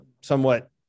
somewhat